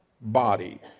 body